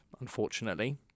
unfortunately